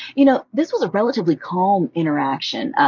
you know, this was a relatively calm interaction,